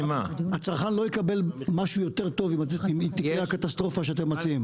הצרכן לא יקבל משהו יותר טוב אם תקרה הקטסטרופה שאתם מציעים.